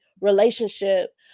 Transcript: relationship